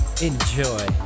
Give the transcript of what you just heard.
Enjoy